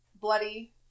bloody